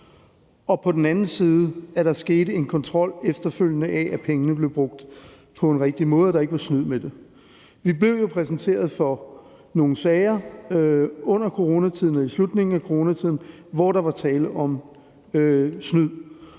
og på den anden side, at der efterfølgende skete en kontrol af, at pengene blev brugt på en rigtig måde og der ikke var snyd med det. Vi blev jo præsenteret for nogle sager under coronatiden og i slutningen af coronatiden, hvor der var tale om snyd.